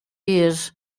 years